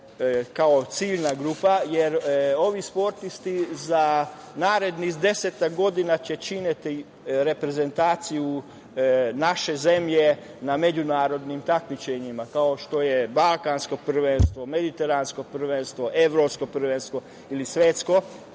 kao ciljna grupa, jer ovi sportisti za narednih desetak godina će činiti reprezentaciju naše zemlje na međunarodnim takmičenjima, kao što je balkansko prvenstvo, mediteransko prvenstvo, evropsko prvenstvo ili svetsko